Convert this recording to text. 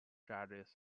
judges